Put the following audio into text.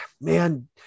man